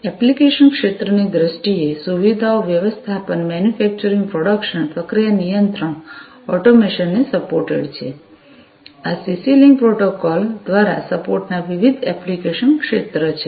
application ક્ષેત્રોની દ્રષ્ટિએ સુવિધાઓ વ્યવસ્થાપન મેન્યુફેક્ચરિંગ પ્રોડક્શન પ્રક્રિયા નિયંત્રણ ઑટોમેશનને સપોર્ટેડ છે આ સીસી લિન્ક પ્રોટોકોલ દ્વારા સપોર્ટના વિવિધ એપ્લિકેશન ક્ષેત્ર છે